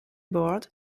board